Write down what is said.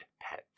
pet